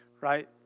right